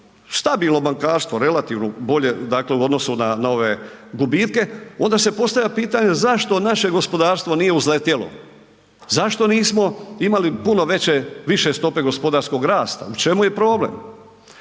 stabilno bankarstvo relativno bolje u odnosu na ove gubitke, onda se postavlja pitanje zašto naše gospodarstvo nije uzletjelo? Zašto nismo imali puno više stope gospodarskog rasta? U čemu je problem?